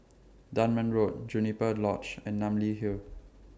Dunman Road Juniper Lodge and Namly Hill